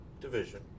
division